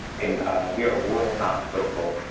and we are a rural hospital,